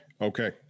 Okay